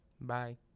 Bye